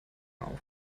auf